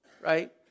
Right